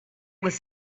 was